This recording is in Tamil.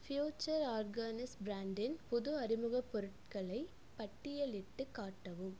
ஃப்யூச்சர் ஆர்கானிஸ் பிராண்டின் புது அறிமுக பொருட்களை பட்டியலிட்டு காட்டவும்